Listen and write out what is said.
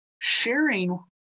sharing